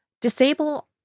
disable